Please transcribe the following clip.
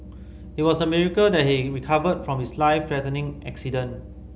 it was a miracle that he recovered from his life threatening accident